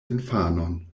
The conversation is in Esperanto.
infanon